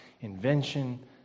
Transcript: invention